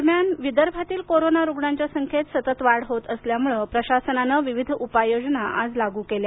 दरम्यान विदर्भातील कोरोना रूग्णांच्या संख्येत सतत वाढ होत असल्यामुळे प्रशासनाने विविध उपाययोजना आज लागू केल्या